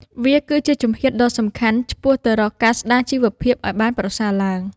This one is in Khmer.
វាគឺជាជំហានដ៏សំខាន់ឆ្ពោះទៅរកការស្តារជីវភាពឱ្យបានល្អប្រសើរ។